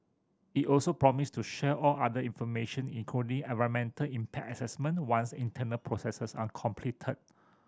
it also promised to share all other information including environmental impact assessment once internal processes are completed